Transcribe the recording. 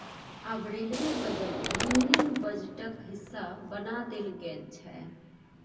आब railway budget union बजटक हिस्सा बना देल गेल छै